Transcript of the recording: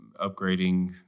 upgrading